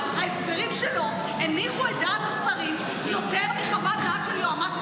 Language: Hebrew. אבל ההסברים שלו הניחו את דעת השרים יותר מחוות דעת של יועמ"שית,